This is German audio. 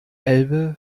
elbe